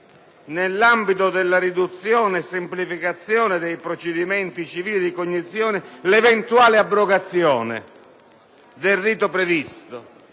nell’ambito della riduzione e semplificazione dei procedimenti civili di cognizione, l’eventuale abrogazione del rito previsto.